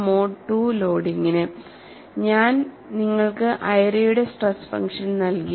mode II ലോഡിംഗിന് ഞാൻ നിങ്ങൾക്ക് ഐറിയുടെ സ്ട്രെസ് ഫംഗ്ഷൻ നൽകി